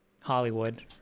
hollywood